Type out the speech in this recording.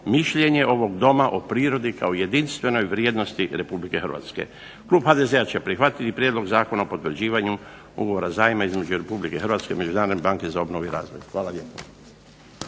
mišljenje ovog Doma o prirodi kao jedinstvenoj vrijednosti Republike Hrvatske. Klub HDZ-a će prihvatiti prijedlog Zakona o potvrđivanju ugovora zajma između Republike Hrvatske i Međunarodne banke za obnovu i razvoj. Hvala lijepa.